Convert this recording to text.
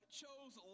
chose